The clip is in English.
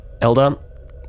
Elda